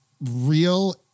real